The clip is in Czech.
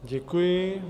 Děkuji.